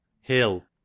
Hill